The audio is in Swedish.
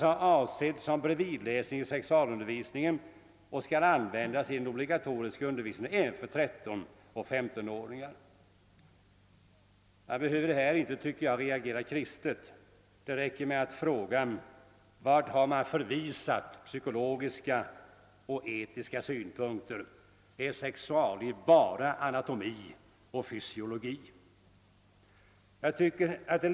Boken är avsedd som bredvidläsning i sexualundervisningen och skall användas i den obligatoriska undervisningen även för 13—15-åringar! Jag tycker inte att jag här behöver reagera kristet. Det räcker med att jag ställer frågan: Vart har man förvisat psykologiska och etiska synpunkter? Är sexualliv bara anatomi och fysiologi?